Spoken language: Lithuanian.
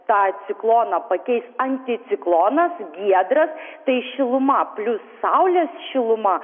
tą cikloną pakeis anticiklonas giedras tai šiluma plius saulės šiluma